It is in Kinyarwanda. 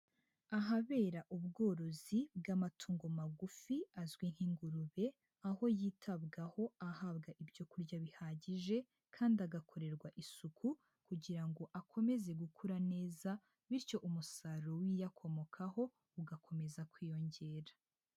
Ahabera ubworozi bw'amatungo magufi azwi nk'ingurube, aho yitabwaho ahabwa ibyo kurya bihagije kandi agakorerwa isuku kugira ngo akomeze gukura neza, bityo umusaruro w'ibiyakomokaho ugakomeza kwiyongera.